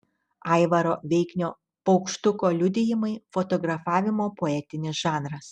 aivaro veiknio paukštuko liudijimai fotografavimo poetinis žanras